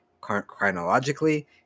chronologically